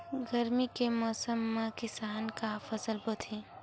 गरमी के मौसम मा किसान का फसल बोथे?